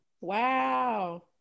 Wow